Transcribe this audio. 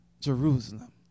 Jerusalem